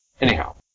Anyhow